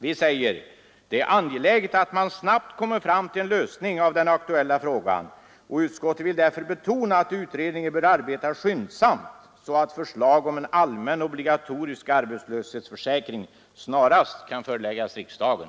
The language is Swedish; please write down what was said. Vi säger: ”Det är angeläget att man snabbt kommer fram till en lösning av den aktuella frågan, och utskottet vill därför betona att utredningen bör arbeta skyndsamt så att förslag om en allmän, obligatorisk arbetslöshetsförsäkring snarast kan föreläggas riksdagen.”